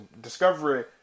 Discovery